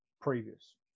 previous